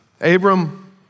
Abram